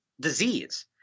disease